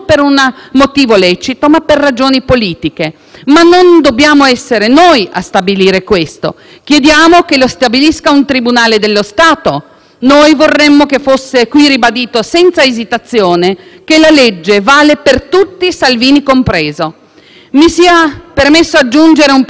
chiediamo che lo stabilisca un tribunale dello Stato. Noi vorremmo che fosse qui ribadito senza esitazione che la legge vale per tutti, Salvini compreso. Mi sia permesso aggiungere un pensiero che spero potrà essere condiviso o almeno preso in considerazione al di là dei nostri schieramenti: